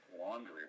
laundry